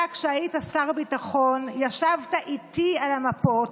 אתה, כשהיית שר ביטחון, ישבת איתי על המפות.